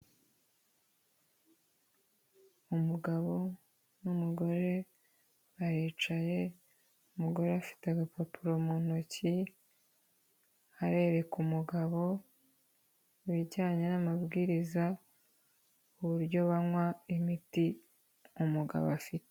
Umugabo n'umugore baricaye, umugore afite agapapuro mu ntoki, arereka umugabo ibijyanye n'amabwiriza, ku buryo banywa imiti umugabo afite.